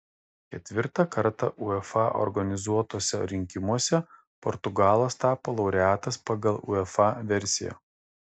ketvirtą kartą uefa organizuotuose rinkimuose portugalas tapo laureatas pagal uefa versiją